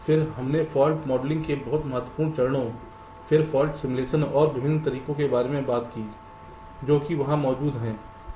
फिर हमने fault modelling के बहुत महत्वपूर्ण चरणों फिर फाल्ट सिमुलेशन और विभिन्न तरीकों के बारे में बात की जो कि वहां मौजूद हैं